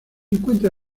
encuentra